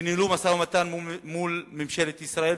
כשניהלו משא-ומתן מול ממשלת ישראל,